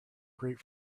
great